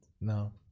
No